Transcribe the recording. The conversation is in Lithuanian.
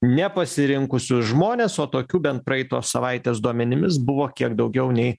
ne pasirinkusius žmones o tokių bent praeitos savaitės duomenimis buvo kiek daugiau nei